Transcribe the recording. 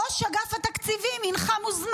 ראש אגף התקציבים, הינך מוזמן